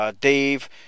Dave